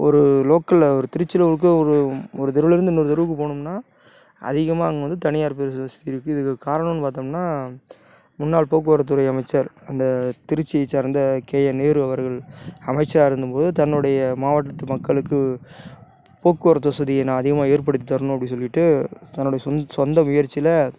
ஒரு லோக்கலில் ஒரு திருச்சிலயிருக்க ஒரு ஒரு தெருவிலேருந்து இன்னொரு தெருவுக்கு போகணும்னா அதிகமாக அங்கே வந்து தனியார் பேருந்து வசதியிருக்கு இதுக்கு காரணம்னு பார்த்தோம்னா முன்னால் போக்குவரத்து துறை அமைச்சர் அந்த திருச்சியை சார்ந்த கே ஏ நேரு அவர்கள் அமைச்சராருந்த போது தன்னுடைய மாவட்டத்து மக்களுக்கு போக்குவரத்து வசதியை நான் அதிகமாக ஏற்படுத்தி தரணும் அப்படி சொல்லிவிட்டு தன்னுடைய சொந்த முயற்சியில்